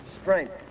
strength